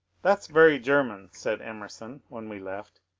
that's very german, said emerson when we left,